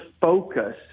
focus